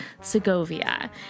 Segovia